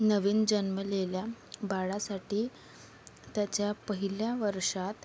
नवीन जन्मलेल्या बाळासाठी त्याच्या पहिल्या वर्षात